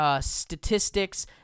statistics